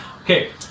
Okay